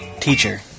teacher